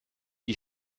die